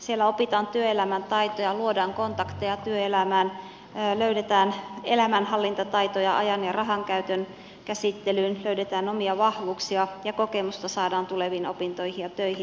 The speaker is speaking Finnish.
siellä opitaan työelämän taitoja luodaan kontakteja työelämään löydetään elämänhallintataitoja ajan ja rahankäyttö löydetään omia vahvuuksia ja saadaan kokemusta tuleviin opintoihin ja töihin